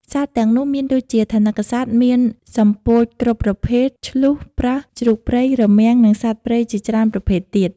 សត្វទាំងនោះមានដូចជា ថនិកសត្វមាន សំពោចគ្រប់ប្រភេទ ឈ្លូស ប្រើស ជ្រូកព្រៃ រមាំង និងសត្វព្រៃជាច្រើនប្រភេទទៀត។